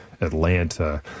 Atlanta